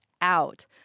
out